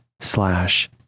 slash